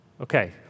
Okay